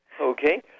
Okay